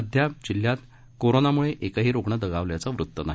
अद्याप जिल्ह्यात कोरोना विषाणूम्ळे एकही रुग्ण दगावल्याचे वृत्त नाही